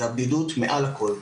זה הבדידות מעל הכל,